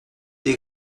des